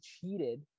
cheated